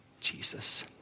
Jesus